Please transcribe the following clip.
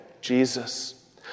Jesus